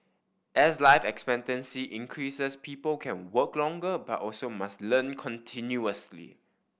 as life expectancy increases people can work longer but also must learn continuously